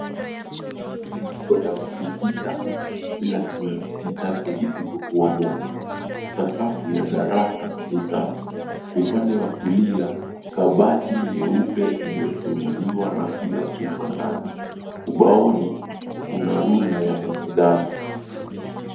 Kwa dawati sita, kila kina kiti chake isipokuwa moja. Sakafu ya darasa ni safi. Upande wa kulia, kabati nyeupe imefunguliwa na ina chupa ndani. Ubaoni kuna rula ya manjano.